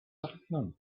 afternoon